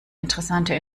interessante